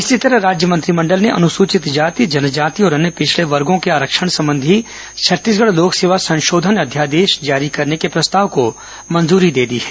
इसी तरह राज्य मंत्रिमंडल ने अनुसूचित जाति जनजाति और अन्य पिछडे वर्गों के आरक्षण संबंधी छत्तीसगढ़ लोक सेवा संशोधन अध्यादेश जारी करने के प्रस्ताव को मंजूरी दे दी है